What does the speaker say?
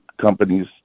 companies